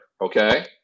Okay